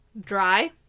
Dry